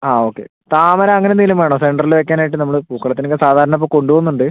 ആ ഓക്കെ താമര അങ്ങനെ എന്തെങ്കിലും വേണോ സെൻററിൽ വെക്കാനായിട്ട് നമ്മള് പൂക്കളത്തിനൊക്കെ സാധാരണ ഇപ്പോൾ കൊണ്ടു പോകുന്നുണ്ട്